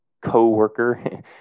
co-worker